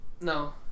no